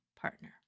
partner